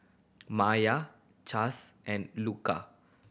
Myah Chace and Luka